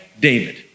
David